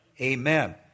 Amen